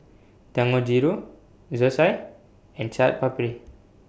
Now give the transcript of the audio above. Dangojiru Zosui and Chaat Papri